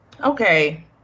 Okay